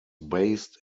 based